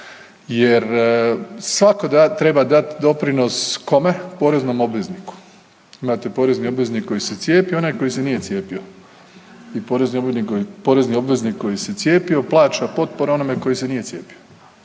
jer svako da, treba dat doprinos, kome, poreznom obvezniku. Imate porezni obveznik koji se cijepi i onaj koji se nije cijepio i porezni obveznik koji se cijepio plaća potpore onome koji se nije cijepio.